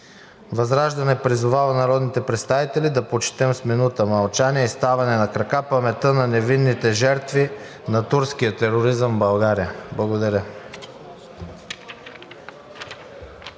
ВЪЗРАЖДАНЕ призовава народните представители да почетем с минута мълчание и ставане на крака паметта на невинните жертви на турския тероризъм в България. Благодаря.